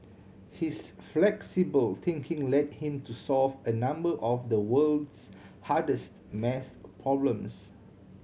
his flexible thinking led him to solve a number of the world's hardest math problems